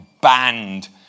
banned